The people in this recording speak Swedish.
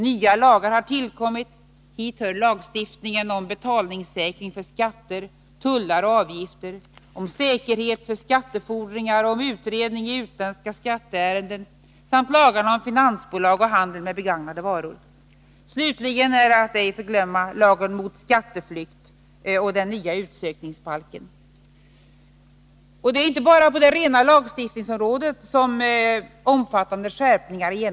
Nya lagar har tillkommit; hit hör lagstiftningen om betalningssäkring för skatter, tullar och avgifter, om säkerhet för skattefordringar och om utredning i utländska skatteärenden samt lagarna om finansbolag och handel med begagnade varor. Slutligen är ej att förglömma lagen mot skatteflykt och den nya utsökningsbalken. Och det är inte bara på det rena lagstiftningsområdet som vi genomförde omfattande skärpningar.